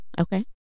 Okay